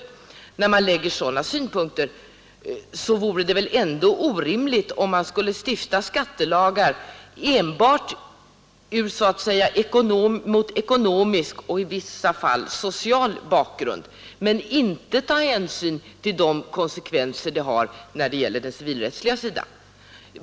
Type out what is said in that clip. Och när utredningen har anlagt sådana synpunkter vore det väl orimligt om vi skulle stifta skattelagar enbart mot ekonomisk och i vissa fall social bakgrund men inte ta hänsyn till de konsekvenser lagarna har på den civilrättsliga sidan.